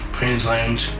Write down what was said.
Queensland